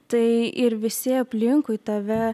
tai ir visi aplinkui tave